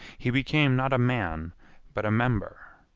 he became not a man but a member.